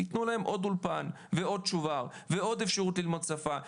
תתנו להם עוד אולפן ועוד אפשרות ללמוד שפה.